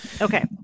Okay